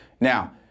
Now